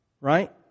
Right